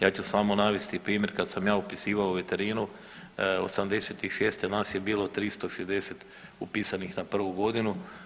Ja ću samo navesti primjer kad sam ja upisivao veterinu '86. nas je bilo 360 upisanih na prvu godinu.